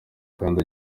kandi